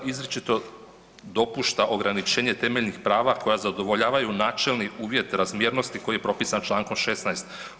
izričito dopušta ograničenje temeljnih prava koja zadovoljavaju načelni uvjet razmjernosti koji je propisan Člankom 16.